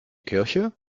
kirche